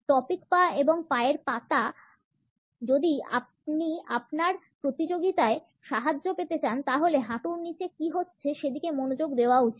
topic পা এবং পা এর পাতা যদি আপনি আপনার প্রতিযোগীতায় সাহায্য পেতে চান তাহলে হাঁটুর নীচে কি হচ্ছে সেদিকে মনোযোগ দেওয়া উচিত